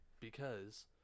Because-